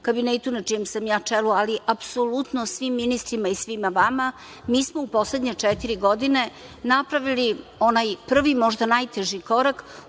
Kabinetu, na čijem sam ja čelu, ali apsolutno svi ministrima i svima vama, mi smo u poslednje četiri godine napravili onaj prvi, možda najteži, korak.